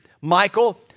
Michael